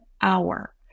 hour